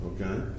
Okay